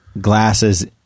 glasses